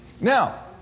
Now